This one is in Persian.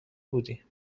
بودی